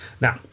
Now